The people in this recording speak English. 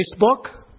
Facebook